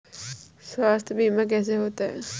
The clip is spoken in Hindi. स्वास्थ्य बीमा कैसे होता है?